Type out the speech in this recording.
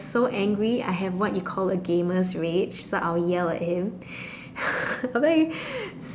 so angry I have what you call a gamer's rage so I'll yell at him I'll like